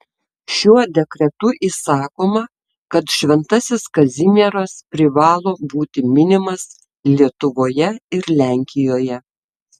šiuo dekretu įsakoma kad šventasis kazimieras privalo būti minimas lietuvoje ir lenkijoje